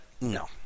no